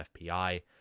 FPI